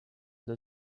the